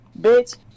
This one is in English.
bitch